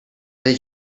they